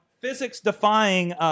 physics-defying